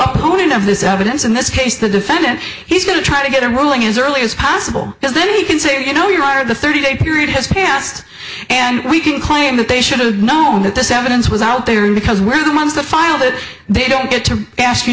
own end of this evidence in this case the defendant he's going to try to get a ruling as early as possible because then he can say you know you are the thirty day period has passed and we can claim that they should have known that this evidence was out there and because we're the ones that filed it they don't get to ask you